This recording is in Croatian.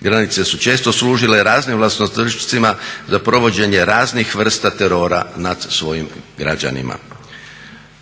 Granice su često služile raznim vlastodršcima za provođenje raznih vrsta terora nad svojim građanima.